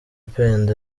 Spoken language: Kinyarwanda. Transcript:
pendo